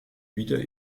wieder